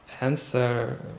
answer